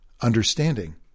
understanding